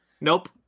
Nope